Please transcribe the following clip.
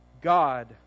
God